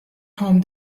home